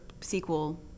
sequel